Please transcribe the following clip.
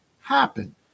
happen